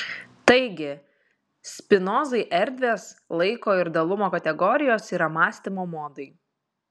taigi spinozai erdvės laiko ir dalumo kategorijos yra mąstymo modai